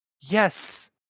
Yes